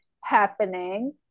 happening